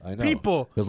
people